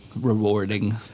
rewarding